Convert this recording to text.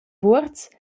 vuorz